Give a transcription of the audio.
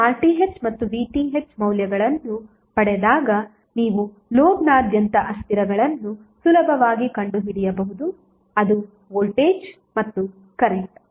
ನೀವು RTh ಮತ್ತು VTh ಮೌಲ್ಯಗಳನ್ನು ಪಡೆದಾಗ ನೀವು ಲೋಡ್ನಾದ್ಯಂತ ಅಸ್ಥಿರಗಳನ್ನು ಸುಲಭವಾಗಿ ಕಂಡುಹಿಡಿಯಬಹುದು ಅದು ವೋಲ್ಟೇಜ್ ಮತ್ತು ಕರೆಂಟ್